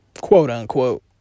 quote-unquote